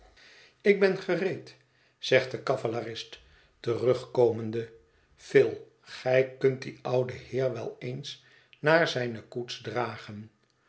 ik ben gereed zegt de cavalerist terugkomende phil gij kunt dien ouden heer wel eens naar zijne koets dragen